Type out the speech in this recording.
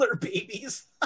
Babies